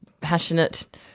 passionate